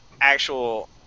actual